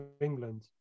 England